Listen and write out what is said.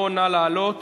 נא להצביע.